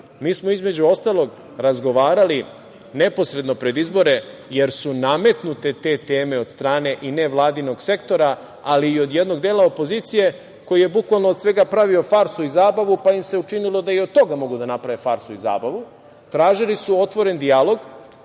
mi smo, između ostalog, razgovarali neposredno pred izbore, jer su nametnute te teme od strane i nevladinog sektora, ali i od jednog dela opozicije koji je bukvalno od svega pravio farsu i zabavu pa im se učinilo da i od toga mogu da naprave farsu i zabavu, tražili su otvoren dijalog